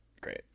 Great